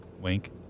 Wink